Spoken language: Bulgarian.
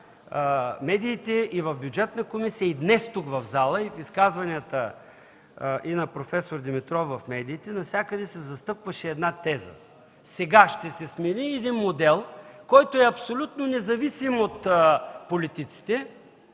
медиите, и в Бюджетната комисия, и днес тук, в пленарната зала, и в изказванията на проф. Димитров в медиите, се застъпваше една теза – сега ще се смени един модел, който е абсолютно независим от политиците,